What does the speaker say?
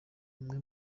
umwe